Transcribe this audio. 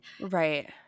Right